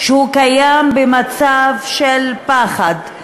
שהוא קיים במצב של פחד,